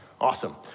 Awesome